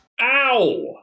Ow